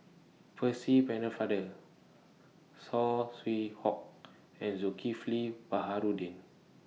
Percy Pennefather Saw Swee Hock and Zulkifli Baharudin